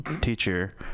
teacher